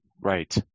Right